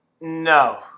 No